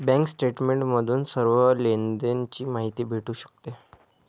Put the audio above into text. bank statement बघून सर्व लेनदेण ची माहिती भेटू शकते